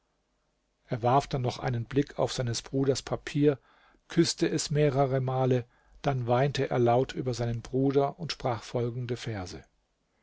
er warf dann noch einen blick auf seines bruders papier küßte es mehrere male dann weinte er laut über seinen bruder und sprach folgende verse